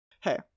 hey